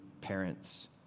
parents